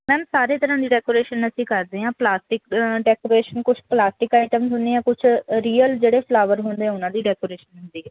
ma'am ਸਾਰੇ ਤਰ੍ਹਾਂ ਦੀ ਡੈਕੋਰੇਸ਼ਨ ਅਸੀਂ ਕਰਦੇ ਹਾਂ ਪਲਾਸਟਿਕ ਡੈਕੋਰੇਸ਼ਨ ਕੁਛ ਪਲਾਸਟਿਕ ਆਈਟਮ ਹੁੰਦੇ ਆ ਕੁਛ ਰੀਅਲ ਜਿਹੜੇ ਫਲਾਵਰ ਹੁੰਦੇ ਉਹਨਾਂ ਦੀ ਡੈਕੋਰੇਸ਼ਨ ਹੁੰਦੀ ਹੈ